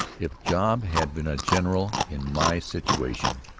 if job had been a general in my situation,